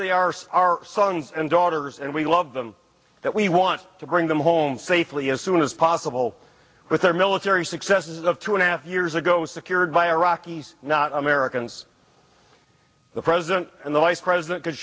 they are so our sons and daughters and we love them that we want to bring them home safely as soon as possible with our military successes of two and a half years ago secured by iraqis not americans the president and the vice president